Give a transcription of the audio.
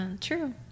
True